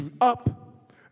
up